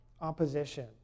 opposition